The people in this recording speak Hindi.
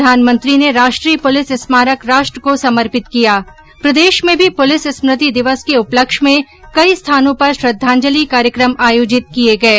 प्रधानमंत्री ने राष्ट्रीय पुलिस स्मारक राष्ट्र को समर्पित किया प्रदेश में भी पुलिस स्मृति दिवस के उपलक्ष्य में कई स्थानों पर श्रद्धांजलि कार्यक्रम आयोजित किये गये